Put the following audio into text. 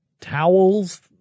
towels